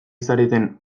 zareten